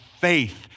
faith